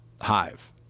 hive